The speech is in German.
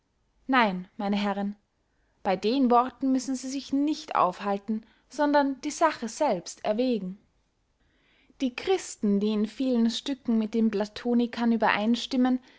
nein meine herren bey den worten müssen sie sich nicht aufhalten sondern die sache selbst erwägen die christen die in vielen stücken mit den platonikern übereinstimmen